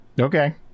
okay